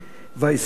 והיסודות.